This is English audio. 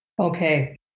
okay